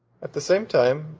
at the same time,